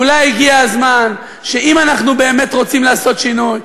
אולי הגיע הזמן שאם אנחנו באמת רוצים לעשות שינוי,